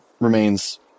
Remains